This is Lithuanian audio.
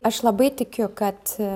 aš labai tikiu kad